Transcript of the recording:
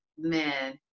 man